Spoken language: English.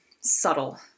subtle